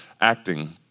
acting